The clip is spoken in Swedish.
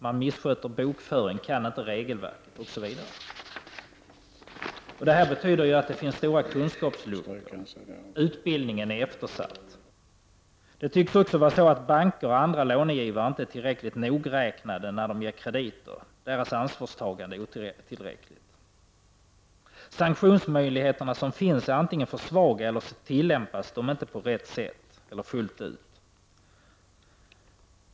Man missköter bokföringen, man känner inte till regelverket, osv. Detta betyder att det finns stora kunskapsluckor. Utbildningen är eftersatt: Det tycks också vara så att banker och andra lånegivare inte är tillräckligt nogräknade när de ger krediter. Deras ansvarstagande är otillräckligt. Sanktionsmöjligheterna som finns är antingen för svaga eller så tillämpas de inte på rätt sätt eller fullt ut.